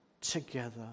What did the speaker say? together